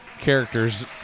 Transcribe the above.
characters